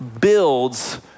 builds